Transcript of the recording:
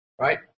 right